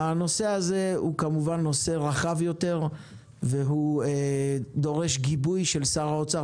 הנושא הזה הוא כמובן נושא רחב יותר והוא דורש גיבוי של שר האוצר,